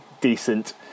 decent